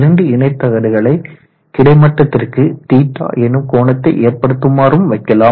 இரண்டு இணைத்தகடுகளை கிடைமட்டத்திற்கு θ எனும் கோணத்தை ஏற்படுத்துமாறும் வைக்கலாம்